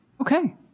Okay